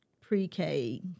pre-K